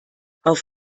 auf